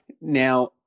Now